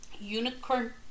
Unicorn